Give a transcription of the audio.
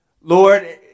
Lord